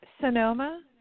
Sonoma